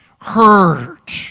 hurt